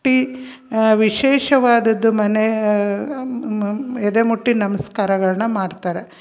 ವಿಶೇಷವಾದದ್ದು ಮನೆ ಎದೆ ಮುಟ್ಟಿ ನಮಸ್ಕಾರಗಳ್ನ ಮಾಡ್ತಾರೆ